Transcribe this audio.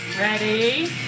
ready